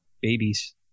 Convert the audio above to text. babies